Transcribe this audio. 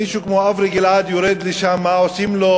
מישהו כמו אברי גלעד יורד לשם, ועושים לו,